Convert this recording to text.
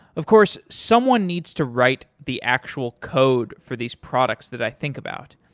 of course, someone needs to write the actual code for these products that i think about.